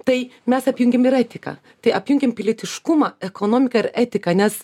tai mes apjungėm ir etiką tai apjungėm pilietiškumą ekonomiką ir etiką nes